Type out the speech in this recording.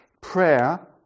Prayer